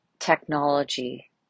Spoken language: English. technology